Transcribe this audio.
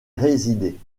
résider